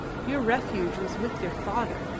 your refuge was with your father,